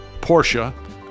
Porsche